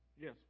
Yes